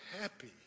happy